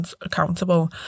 accountable